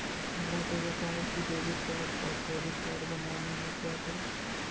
हमरा के बताओ की डेबिट कार्ड और क्रेडिट कार्ड बनवाने में क्या करें?